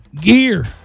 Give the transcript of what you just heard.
gear